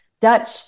Dutch